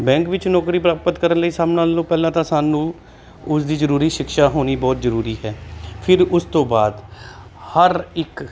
bank ਵਿੱਚ ਨੌਕਰੀ ਪ੍ਰਾਪਤ ਕਰਨ ਲਈ ਸਭ ਨਾਲੋਂ ਪਹਿਲਾਂ ਤਾਂ ਸਾਨੂੰ ਉਸ ਦੀ ਜ਼ਰੂਰੀ ਸ਼ਿਕਸ਼ਾ ਹੋਣੀ ਬਹੁਤ ਜ਼ਰੂਰੀ ਹੈ ਫਿਰ ਉਸ ਤੋਂ ਬਾਅਦ ਹਰ ਇੱਕ